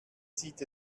sieht